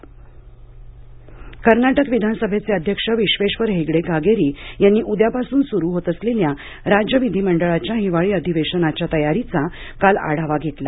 हिवाळी अधिवेशन कर्नाटक विधानसभेचे अध्यक्ष विश्वेश्वर हेगडे कागेरी यांनी उद्यापासून सुरु होत असलेल्या राज्य विधिमंडळाच्या हिवाळी अधिवेशनाच्या तयारीचा काल आढावा घेतला